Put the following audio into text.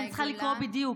אני צריכה לקרוא בדיוק,